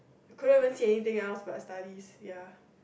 couldn't even see anything else but studies ya